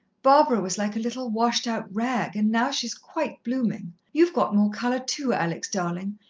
barbara was like a little, washed-out rag, and now she's quite blooming. you've got more colour too, alex, darling,